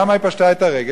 למה היא פשטה את הרגל?